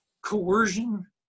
coercion